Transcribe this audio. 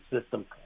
system